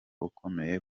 ukomeye